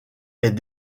est